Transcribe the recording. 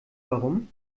warum